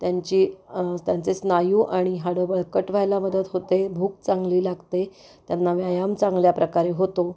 त्यांची त्यांचे स्नायू आणि हाडं बळकट व्हायला मदत होते भूक चांगली लागते त्यांना व्यायाम चांगल्या प्रकारे होतो